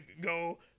go